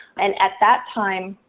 and at that time,